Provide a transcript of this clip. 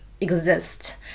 exist